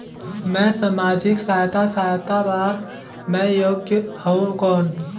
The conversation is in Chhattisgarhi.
मैं समाजिक सहायता सहायता बार मैं योग हवं कौन?